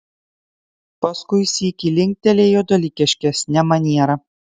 paskui sykį linktelėjo dalykiškesne maniera